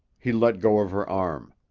he let go of her arm.